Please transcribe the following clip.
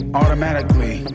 automatically